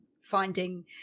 finding